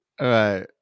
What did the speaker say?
Right